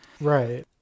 right